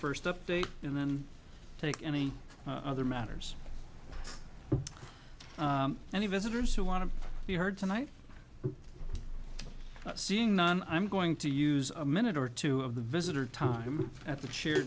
first update and then take any other matters any visitors who want to be heard tonight seeing none i'm going to use a minute or two of the visitor time at the ch